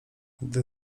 gdy